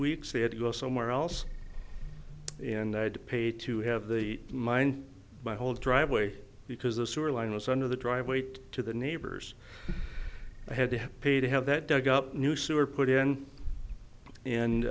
weeks they had to go somewhere else in had to pay to have the mind my whole driveway because the sewer line was under the driveway it to the neighbors i had to pay to have that dug up new sewer put in and